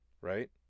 right